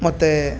ಮತ್ತು